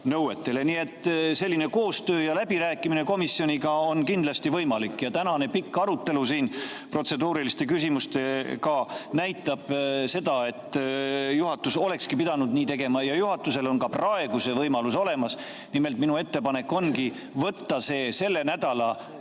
nõuetele. Nii et selline koostöö ja läbirääkimine komisjoniga on kindlasti võimalik. Tänane pikk arutelu protseduuriliste küsimustega näitab seda, et juhatus olekski pidanud nii tegema. Juhatusel on ka praegu see võimalus olemas. Minu ettepanek ongi võtta see eelnõu selle nädala